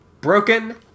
broken